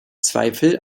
zweifel